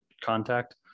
contact